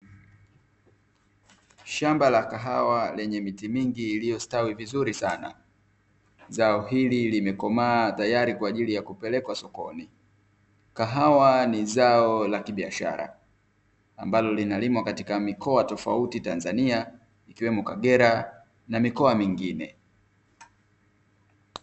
Shamba la kahawa lenye miti mingi iliyo stawi vizuri sana. Zao hili limekomaa tayari kwa ajili ya kupelekwa sokoni. Kahawa ni zao la kibiashara, ambalo linalimwa katika mikoa tofauti Tanzania ikiwemo Kagera na mikoa mingine.